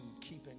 keeping